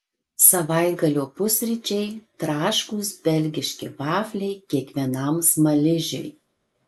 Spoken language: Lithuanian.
savaitgalio pusryčiai traškūs belgiški vafliai kiekvienam smaližiui